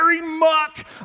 muck